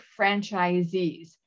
franchisees